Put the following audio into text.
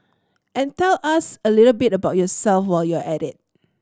and tell us a little bit about yourself while you're at it